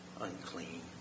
unclean